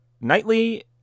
nightly